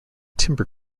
timber